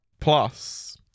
plus